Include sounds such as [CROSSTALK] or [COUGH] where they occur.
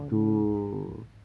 kau ni [BREATH]